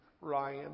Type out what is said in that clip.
Ryan